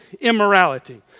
immorality